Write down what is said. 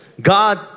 God